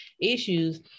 issues